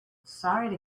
sorry